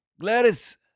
Gladys